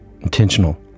intentional